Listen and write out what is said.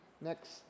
Next